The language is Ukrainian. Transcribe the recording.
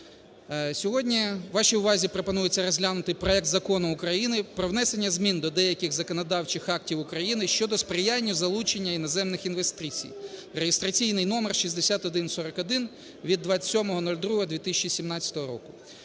Сьогодні вашій увазі пропонується розглянути проект Закону України про внесення змін до деяких законодавчих актів України щодо сприяння залученню іноземних інвестицій (реєстраційний номер 6141) (від 27.02.2017 року).